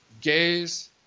gays